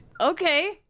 Okay